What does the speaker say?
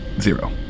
zero